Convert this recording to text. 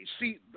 see